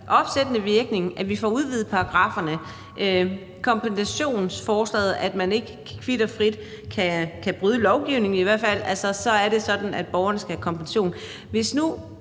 opsættende virkning, det med, at vi får udvidet paragrafferne, og kompensationsforslaget, altså at man ikke kvit og frit kan bryde lovgivningen, i hvert fald ikke uden at det er sådan, at borgeren skal have kompensation. Kunne